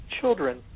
Children